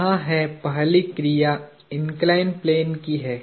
यहां है पहली क्रिया इन्कलाईन्ड प्लेन की है